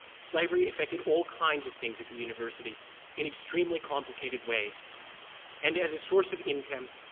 slavery affected all kinds of things at the university in extremely complicated ways and as a source of income,